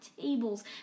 tables